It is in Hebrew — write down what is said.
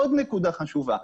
עוד נקודה חשובה.